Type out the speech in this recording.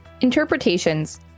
Interpretations